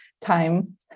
time